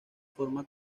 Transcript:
forma